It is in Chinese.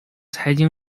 财经